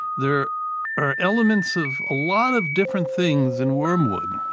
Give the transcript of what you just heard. there are elements of a lot of different things in wormwood.